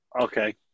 Okay